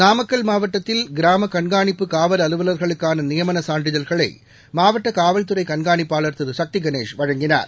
நாமக்கல் மாவட்டத்தில் கிராம கண்காணிப்பு காவல் அலுவலர்களுக்கான நியமன சான்றிதழ்களை மாவட்ட காவல்துறைக் கண்காணிப்பாளர் திரு சக்தி கணேஷ் வழங்கினார்